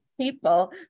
people